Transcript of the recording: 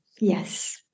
Yes